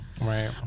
Right